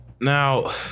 now